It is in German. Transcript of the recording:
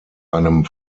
einem